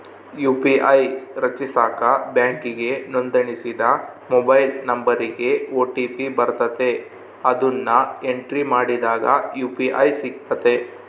UPI ರಚಿಸಾಕ ಬ್ಯಾಂಕಿಗೆ ನೋಂದಣಿಸಿದ ಮೊಬೈಲ್ ನಂಬರಿಗೆ ಓ.ಟಿ.ಪಿ ಬರ್ತತೆ, ಅದುನ್ನ ಎಂಟ್ರಿ ಮಾಡಿದಾಗ ಯು.ಪಿ.ಐ ಸಿಗ್ತತೆ